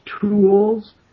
tools